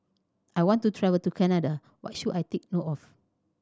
I want to travel to Canada What should I take note of